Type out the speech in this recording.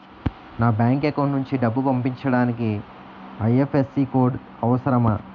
నా bank account నుంచి డబ్బు పంపించడానికి ఐ.ఎఫ్.ఎస్.సి కోడ్ అవసరమా?